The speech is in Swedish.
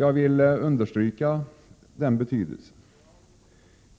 Jag vill understryka den betydelsen.